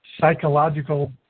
psychological